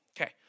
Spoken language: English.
Okay